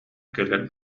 кэлэр